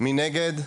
מי נגד?